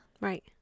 right